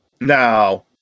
Now